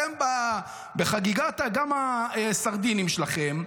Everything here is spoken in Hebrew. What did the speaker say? אתם בחגיגת אגם הסרדינים שלכם,